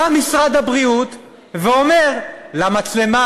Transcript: בא משרד הבריאות ואומר למצלמה,